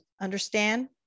understand